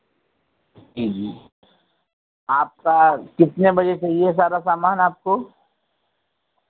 जी जी आपका कितने बजे चाहिए सारा सामान आपको